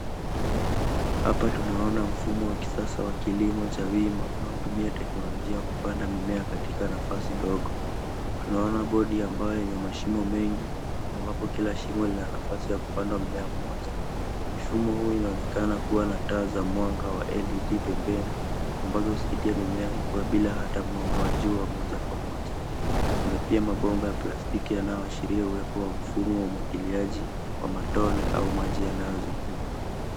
Hapa tunaona mfumo wa kisasa wa kilimo cha wima unaotumia teknolojia kupanda mimea katika nafasi ndogo. Tunaona bodi ya mbao yenye mashimo mengi ambapo kila shimo lina nafasi ya kupanda mmea mmoja. Mfumo huu inaonekana kuwa na taa za mwanga wa LED pembeni ambazo husaidia mimea kukua bila hata mwanga wa jua wa moja kwa moja. Kuna pia mabomba ya plastiki yanayoashiria uwepo wa mfumo wa umwagiliaji wa matone au maji yanayozunguka.